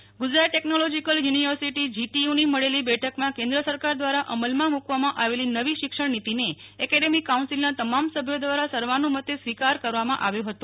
you Gujarat technology university જીટીયુની મળેલી બેઠકમાં કેન્દ્ર સરકાર દ્રારા અમલમાં મુકવામાં આવેલી નવી શિક્ષણનીતિને એકેડમિક કાઉન્સિલમાં તમામ સભ્યો દ્રારા સર્વાનુ મતે સ્વીકાર કરવામાં આવ્યો હતો